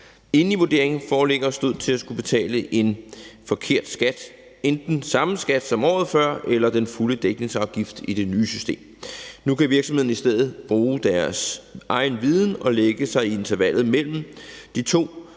endelige vurdering foreligger stod til at skulle betale en forkert skat, enten den samme skat som året før eller den fulde dækningsafgift i det nye system. Nu kan virksomheden i stedet bruge deres egen viden og lægge sig i intervallet imellem de to,